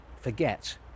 forget